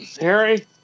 Harry